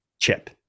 chip